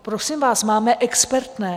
Prosím vás, máme expertné.